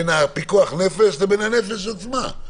בין פיקוח נפש לבין הנפש עצמה.